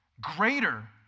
greater